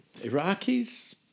Iraqis